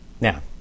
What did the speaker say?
Now